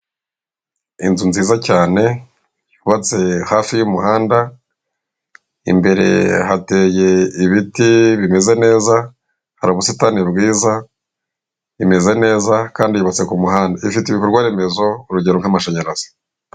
Inzu nziza cyane yubatse hafi y'umuhanda, imbere hateye ibiti bimeze neza, hari ubusitani bwiza, imeze neza kandi yubatse ku muhanda, ifite ibikorwaremezo urugero nk'amashanyarazi.